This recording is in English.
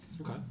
Okay